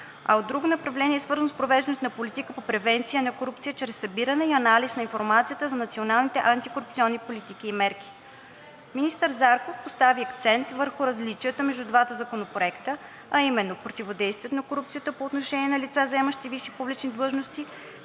а другото направление е свързано с провеждането на политика по превенция на корупцията чрез събиране и анализ на информацията за националните антикорупционни политики и мерки. Министър Зарков постави акцент върху различията между двата законопроекта, а именно противодействието на корупцията по отношение на лица, заемащи висши публични длъжности,